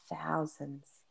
thousands